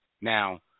Now